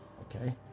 okay